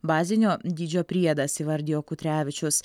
bazinio dydžio priedas įvardijo kutrevičius